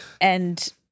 and-